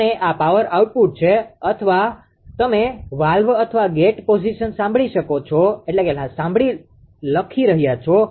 અને આ power output છે અને અથવા તમે વાલ્વ અથવા ગેટ પોઝિશન સાંભળો લખી રહ્યા છો